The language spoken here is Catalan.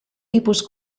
tipus